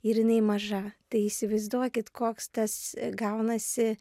ir jinai maža tai įsivaizduokit koks tas gaunasi